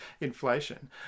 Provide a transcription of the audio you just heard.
inflation